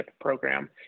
program